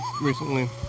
recently